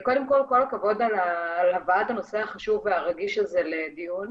קודם כל כל הכבוד על הבאת הנושא החשוב והרגיש הזה לדיון.